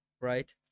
Right